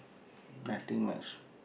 nothing much